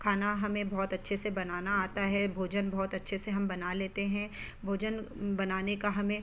खाना हमें बहुत अच्छे से बनाना आता है भोजन बहुत अच्छे से हम बना लेते हैं भोजन बनाने का हमें